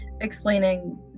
explaining